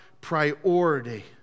priority